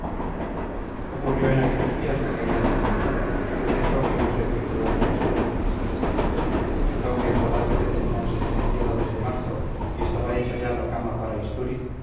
ocurrió en aquellos días la caída de mendizábal suceso que no se efectuó sin estruendo aunque en palacio le tenían sentenciado desde marzo y estaba hecha ya la cama para istúriz